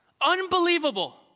Unbelievable